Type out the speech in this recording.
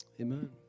Amen